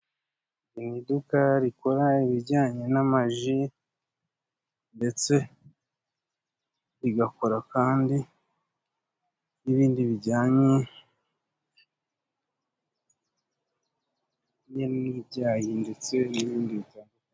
Iri ni iduka rikora ibijyanye n'amaji, ndetse rigakora kandi n'ibindi bijyanye n'ibyayi ndetse n'ibindi bi....